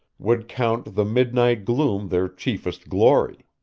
would count the midnight gloom their chiefest glory.